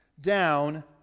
down